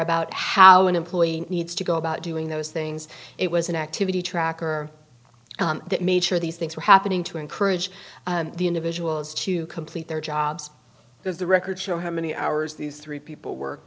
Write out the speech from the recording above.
about how an employee needs to go about doing those things it was an activity tracker that made sure these things were happening to encourage the individuals to complete their jobs because the records show how many hours these three people work